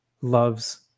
loves